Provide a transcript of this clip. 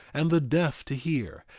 and the deaf to hear,